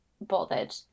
bothered